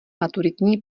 maturitní